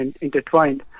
intertwined